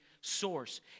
source